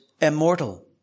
immortal